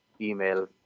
email